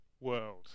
world